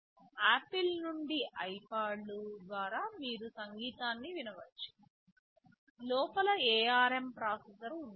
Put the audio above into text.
apple నుండి ఐపాడ్లు ద్వారా మీరు సంగీతాన్ని వినవచ్చు లోపల ARM ప్రాసెసర్ ఉంది